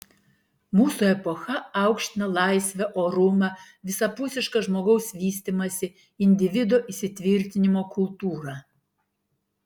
mūsų epocha aukština laisvę orumą visapusišką žmogaus vystymąsi individo įsitvirtinimo kultūrą